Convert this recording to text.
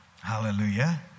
Hallelujah